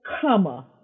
comma